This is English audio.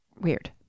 weird